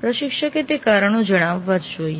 પ્રશિક્ષકે તે કારણો જણાવવા જ જોઈએ